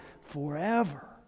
forever